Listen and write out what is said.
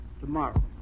tomorrow